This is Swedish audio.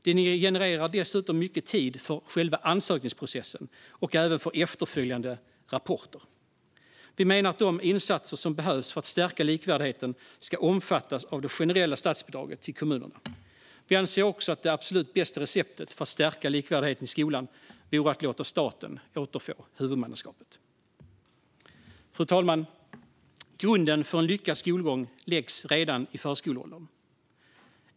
Det genererar dessutom mycket tid för själva ansökningsprocessen och även för efterföljande rapporter. Vi menar att de insatser som behövs för att stärka likvärdigheten ska omfattas av det generella statsbidraget till kommunerna. Vi anser också att det absolut bästa receptet för att stärka likvärdigheten i skolan vore att låta staten återfå huvudmannaskapet. Fru talman! Grunden för en lyckad skolgång läggs redan i förskoleåldern.